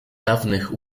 dawnych